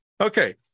Okay